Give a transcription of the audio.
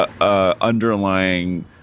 underlying